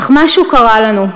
אך משהו קרה לנו.